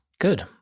Good